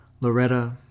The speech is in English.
Loretta